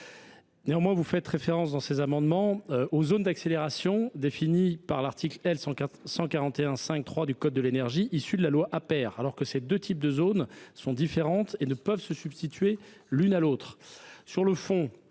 Néanmoins, il est fait référence dans ces amendements aux zones d’accélération définies par l’article L. 141 5 3 du code de l’énergie, issu de la loi Aper, alors que ces deux types de zones sont différents et ne peuvent se substituer l’un à l’autre.